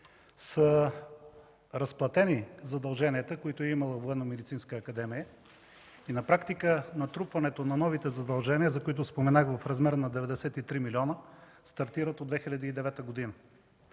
са разплатени задълженията, които е имала Военномедицинска академия и на практика натрупването на новите задължения, за които споменах, в размер на 93 милиона, стартират от 2009 г.